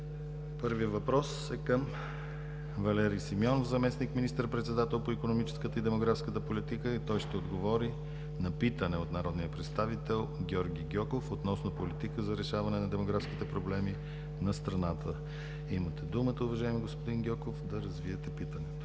Първият въпрос е към Валери Симеонов – заместник министър-председател по икономическата и демографската политика. Той ще отговори на питане от народния представител Георги Гьоков, относно политика за решаване на демографските проблеми на страната. Имате думата, уважаеми господин Гьоков да развиете питането.